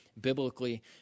biblically